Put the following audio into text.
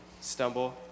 stumble